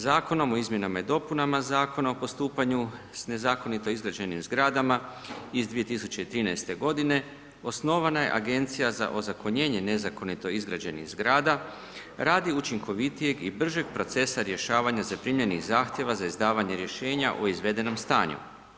Zakonom o izmjenama i dopunama Zakona o postupanju sa nezakonito izgrađenim zgradama iz 2013. godine osnovana je Agencija za ozakonjenje nezakonito izgrađenih zgrada radi učinkovitijeg i bržeg procesa rješavanja zaprimljenih zahtjeva za izdavanje rješenja o izvedenom stanju.